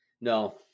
No